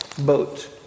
boat